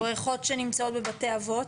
בריכות שנמצאות בבתי אבות?